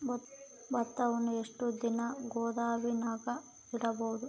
ಭತ್ತವನ್ನು ಎಷ್ಟು ದಿನ ಗೋದಾಮಿನಾಗ ಇಡಬಹುದು?